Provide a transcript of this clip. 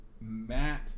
Matt